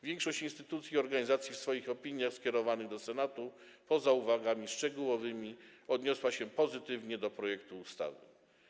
Większość instytucji i organizacji w swoich opiniach skierowanych do Senatu, poza uwagami szczegółowymi, odniosła się pozytywnie do projektu ustawy.